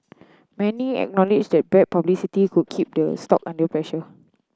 many acknowledge that bad publicity could keep the stock under pressure